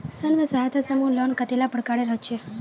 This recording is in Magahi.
स्वयं सहायता समूह लोन कतेला प्रकारेर होचे?